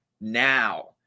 Now